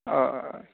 हय